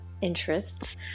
interests